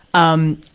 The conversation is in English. um,